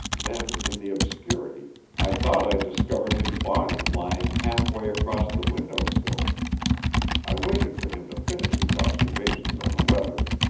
then, in the obscurity, i thought i discovered his body lying half-way across the window-sill. i waited for him to finish his observations on the weather,